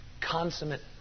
consummate